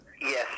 Yes